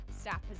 staff